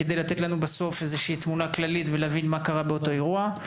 זאת כדי לתת לנו תמונה כללית ולהבין מה קרה באותו אירוע.